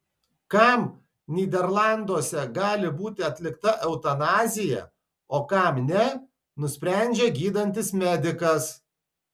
kam nyderlanduose gali būti atlikta eutanazija o kam ne nusprendžia gydantis medikas